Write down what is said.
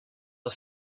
are